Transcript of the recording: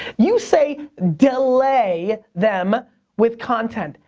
you say delay them with content.